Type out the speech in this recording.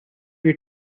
your